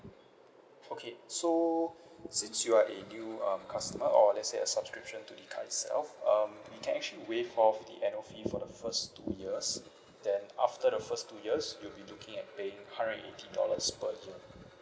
okay so since you are a new um customer or lets say a subscription to the card itself um we can actually waive off the annual fee for the first two years then after the first two years you'll be looking at paying hundred and eighty dollars per year